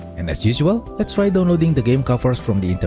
and as usual, let's try downloading the game covers from the the